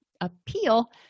appeal